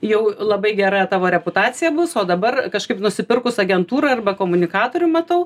jau labai gera tavo reputacija bus o dabar kažkaip nusipirkus agentūrą arba komunikatorių matau